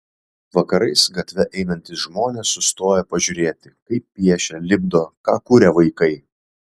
vakarais gatve einantys žmonės sustoja pažiūrėti kaip piešia lipdo ką kuria vaikai